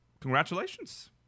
Congratulations